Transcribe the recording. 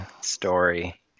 story